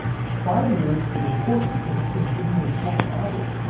five years is important because it's going to give me an important average.